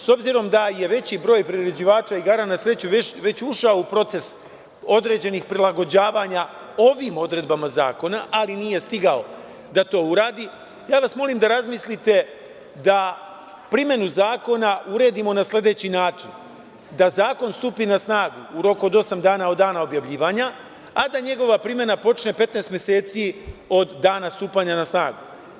S obzirom da je veći broj priređivača igara na sreću već ušao u proces određenih prilagođavanja ovim odredbama zakona, ali nije stigao da to uradi, molim vas da razmislite da primenu zakona uredimo na sledeći način, a to je da zakon stupi na snagu u roku od osam dana od dana objavljivanja, a da njegova primena počne 15 meseci od dana stupanja na snagu.